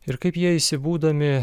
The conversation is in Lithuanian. ir kaip jie įsibūdami